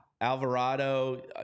Alvarado